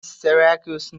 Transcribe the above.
syracuse